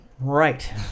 Right